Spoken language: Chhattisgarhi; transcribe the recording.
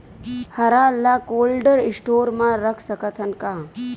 हरा ल कोल्ड स्टोर म रख सकथन?